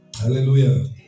Hallelujah